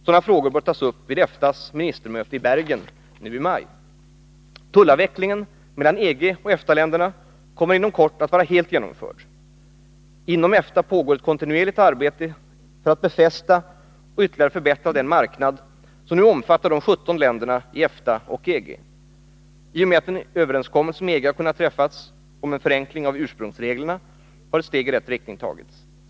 Sådana frågor bör tas upp vid EFTA:s ministermöte i Bergen i maj. Tullavvecklingen mellan EG och EFTA-länderna kommer inom kort att vara helt genomförd, och inom EFTA pågår ett kontinuerligt arbete i syfte att befästa och ytterligare förbättra den marknad som nu omfattar de 17 länderna i EFTA och EG. I och med att en överenskommelse med EG har kunnat träffas om en förenkling i ursprungsreglerna har ett steg i rätt riktning tagits.